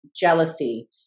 jealousy